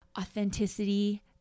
Authenticity